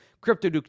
Crypto